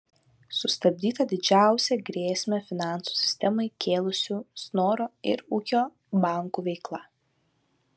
sustabdyta didžiausią grėsmę finansų sistemai kėlusių snoro ir ūkio bankų veikla